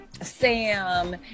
Sam